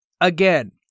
again